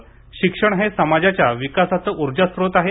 शिक्षण हे समाजाच्या विकासाचे ऊर्जास्रोत आहे